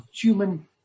human